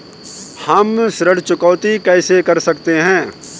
हम ऋण चुकौती कैसे कर सकते हैं?